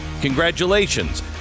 Congratulations